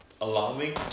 alarming